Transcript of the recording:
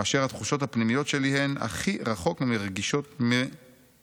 כאשר התחושות הפנימיות שלי הן הכי רחוק מרגשות ה'שלנו'.